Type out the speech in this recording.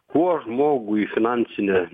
kuo žmogui finansinė